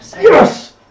Yes